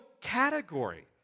category